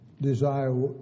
desire